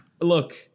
look